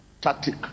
tactic